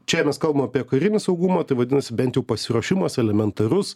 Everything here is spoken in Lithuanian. čia mes kalbam apie karinį saugumą tai vadinasi bent jau pasiruošimas elementarus